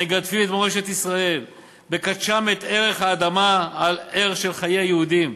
מגדפים את מורשת ישראל בקדשם את ערך האדמה על ערך של חיי יהודים.